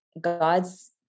God's